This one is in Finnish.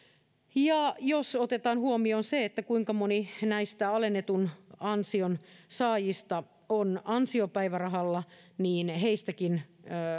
ja jos otetaan huomioon se kuinka moni näistä alennetun ansion saajista on ansiopäivärahalla niin